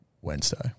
Wednesday